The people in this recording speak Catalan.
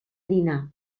dinar